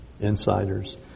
insiders